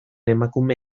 emakume